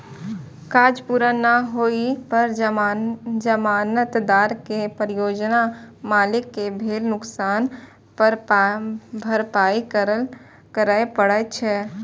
काज पूरा नै होइ पर जमानतदार कें परियोजना मालिक कें भेल नुकसानक भरपाइ करय पड़ै छै